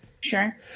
Sure